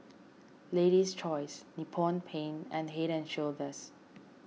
Lady's Choice Nippon Paint and Head and Shoulders